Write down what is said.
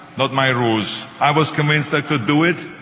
not my rules. i was convinced i could do it,